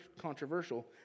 controversial